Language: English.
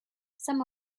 some